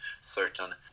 certain